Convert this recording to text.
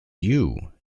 you